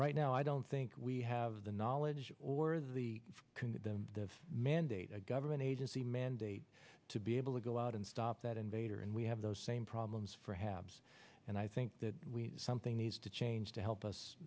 right now i don't think we have the knowledge or the mandate a government agency mandate to be able to go out and stop that invader and we have those same problems for habs and i think that something needs to change to help us